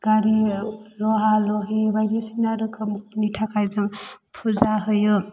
गारि लहा लहि बायदिसिना रोखोमनि थाखाय जों फुजा होयो